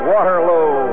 Waterloo